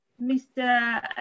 Mr